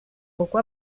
poco